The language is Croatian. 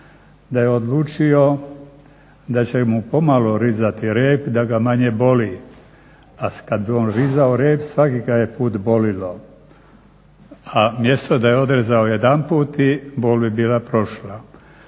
da je odlučio da će mu pomalo rezati rep da ga manje boli. A kad je on rezao rep svaki ga je put boljelo, a umjesto da je odrezao jedanput i bol bi bila prošla.